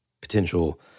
potential